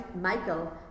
michael